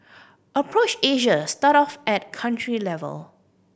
approach Asia start off at country level